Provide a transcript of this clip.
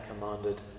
commanded